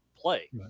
play